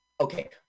Okay